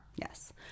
yes